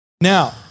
Now